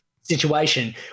situation